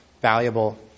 valuable